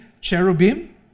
cherubim